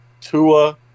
Tua